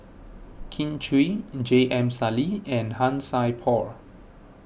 Kin Chui and J M Sali and Han Sai Por